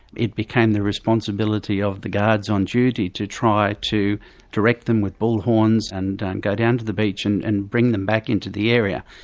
it became the responsibility of the guards on duty to try to direct them with bull-horns and go down to the beach and and bring them back into the area.